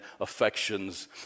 affections